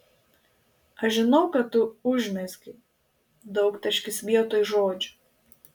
aš žinau kad tu užmezgei daugtaškis vietoj žodžio